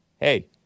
Hey